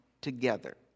together